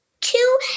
two